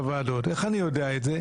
איך אני יודע את זה?